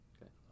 Okay